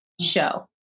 show